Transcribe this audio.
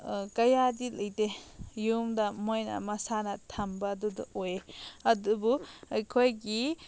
ꯀꯌꯥꯗꯤ ꯂꯩꯇꯦ ꯌꯨꯝꯗ ꯃꯣꯏꯅ ꯃꯁꯥꯅ ꯊꯝꯕꯗꯨꯗꯣ ꯑꯣꯏ ꯑꯗꯨꯕꯨ ꯑꯩꯈꯣꯏꯒꯤ